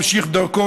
ממשיך דרכו,